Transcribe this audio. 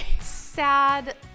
sad